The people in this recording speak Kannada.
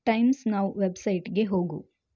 ಟೈಮ್ಸ್ ನೌ ವೆಬ್ಸೈಟ್ಗೆ ಹೋಗು